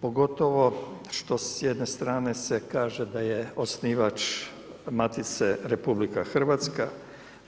Pogotovo što s jedne strane se kaže da je osnivač Matice RH,